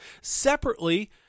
Separately